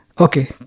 Okay